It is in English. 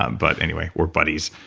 um but anyway, we're buddies.